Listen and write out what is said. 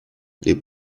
les